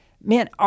Man